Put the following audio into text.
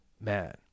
man